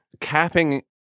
capping